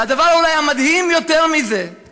והדבר, אולי, המדהים יותר מזה הוא